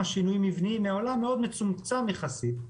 שינויים מבניים מעולם מאוד מצומצם יחסית,